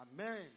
Amen